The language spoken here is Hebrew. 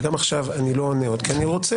וגם עכשיו אני לא עונה עוד כי אני רוצה